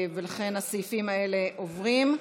ולכן הסעיפים האלה עוברים.